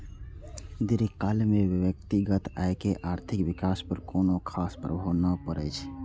दीर्घकाल मे व्यक्तिगत आयकर के आर्थिक विकास पर कोनो खास प्रभाव नै पड़ै छै